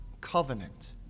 covenant